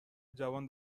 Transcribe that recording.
جوان